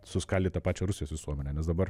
suskaldyt tą pačią rusijos visuomenę nes dabar